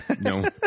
No